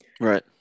Right